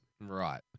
Right